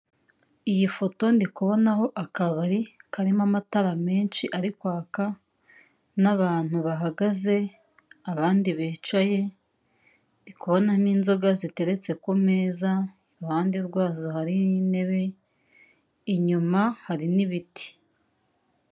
Iyi foto ndikubonaho akabari, karimo amatara menshi ari kwaka n'abantu bahagaze, abandi bicaye, ndi kubona n'inzoga ziteretse ku meza, iruhande rwazo hari n'intebe, inyuma hari n'ibiti.